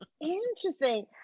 Interesting